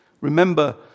Remember